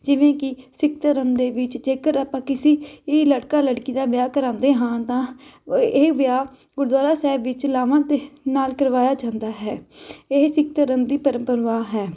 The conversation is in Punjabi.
ਜਿਵੇਂ ਕਿ ਸਿੱਖ ਧਰਮ ਦੇ ਵਿੱਚ ਜੇਕਰ ਆਪਾਂ ਕਿਸੀ ਇਹ ਲੜਕਾ ਲੜਕੀ ਦਾ ਵਿਆਹ ਕਰਾਉਂਦੇ ਹਾਂ ਤਾਂ ਇਹ ਵਿਆਹ ਗੁਰਦੁਆਰਾ ਸਾਹਿਬ ਵਿੱਚ ਲਾਵਾਂ 'ਤੇ ਨਾਲ ਕਰਵਾਉਂਦੇ ਜਾਂਦਾ ਹੈ ਇਹ ਸਿੱਖ ਧਰਮ ਦੀ ਪ੍ਰਪਰਾ ਹੈ